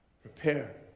Prepare